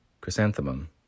Chrysanthemum